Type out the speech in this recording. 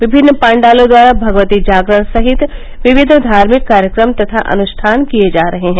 विमिन्न पाण्डालों द्वारा भगवती जागरण सहित विविध धार्मिक कार्यक्रम तथा अनुष्ठान किए जा रहे हैं